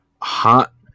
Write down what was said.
Hot